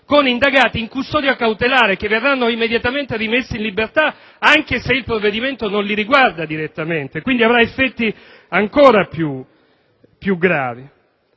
con indagati in custodia cautelare che verranno immediatamente rimessi in libertà anche se il provvedimento non li riguarda direttamente. Quindi, esso avrà effetti ancor più gravi.